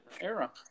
era